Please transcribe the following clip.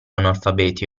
analfabeti